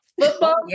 football